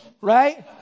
Right